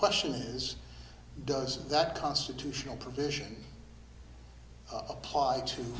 question is does that constitutional provision apply to